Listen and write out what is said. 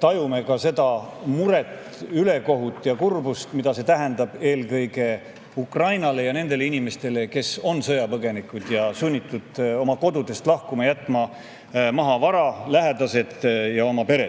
tajume seda muret, ülekohut ja kurbust, mida see tähendab eelkõige Ukrainale ja nendele inimestele, kes on sõjapõgenikud ning on sunnitud seetõttu oma kodust lahkuma, jätma maha oma vara, lähedased ja pere.